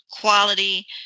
quality